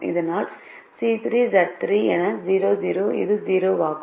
இதனால் C3 Z3 ஆனது இது 0 ஆகும்